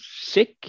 sick